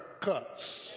cuts